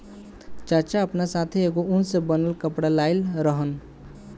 चाचा आपना साथै एगो उन से बनल कपड़ा लाइल रहन